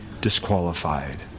disqualified